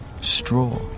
straw